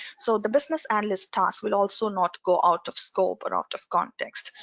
so the business analyst task will also not go out of scope or out of context.